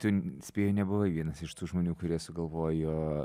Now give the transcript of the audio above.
tu spėju nebuvai vienas iš tų žmonių kurie sugalvojo